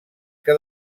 que